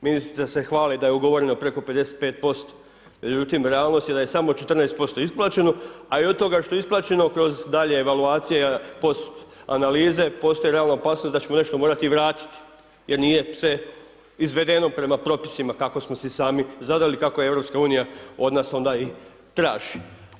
Ministrica se hvali da je ugovoreno preko 55%. međutim realnost je da je samo 14% isplaćeno a i od toga što je isplaćeno kroz dalje evaluacije, post analize, postoji realna opasnost da ćemo nešto morati i vratiti jer nije sve izvedeno prema propisima kako smo si sami zadali, kako EU od nas onda i traži.